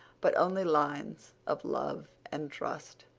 but only lines of love and trust.